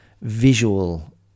visual